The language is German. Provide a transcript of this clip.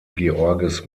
georges